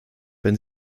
wenn